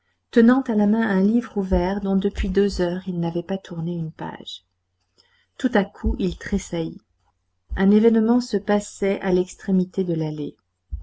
tenant à la main un livre ouvert dont depuis deux heures il n'avait pas tourné une page tout à coup il tressaillit un événement se passait à l'extrémité de l'allée